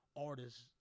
artists